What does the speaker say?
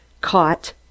Caught